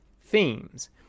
themes